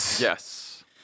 Yes